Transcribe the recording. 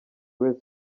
wese